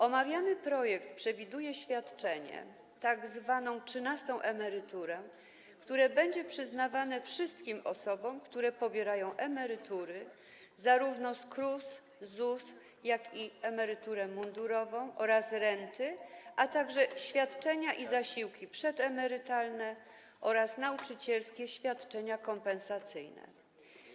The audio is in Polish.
Omawiany projekt przewiduje świadczenie, tzw. trzynastą emeryturę, które będzie przyznawane wszystkim osobom, które pobierają emerytury zarówno z KRUS, ZUS, jak i emeryturę mundurową, renty, a także świadczenia i zasiłki przedemerytalne oraz nauczycielskie świadczenia kompensacyjne.